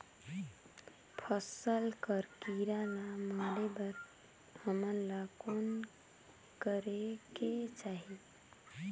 फसल कर कीरा ला मारे बर हमन ला कौन करेके चाही?